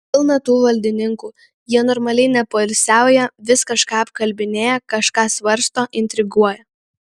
pilna tų valdininkų jie normaliai nepoilsiauja vis kažką apkalbinėja kažką svarsto intriguoja